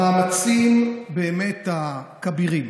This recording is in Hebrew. המאמצים באמת הכבירים